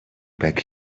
back